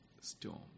storm